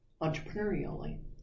entrepreneurially